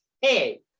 hey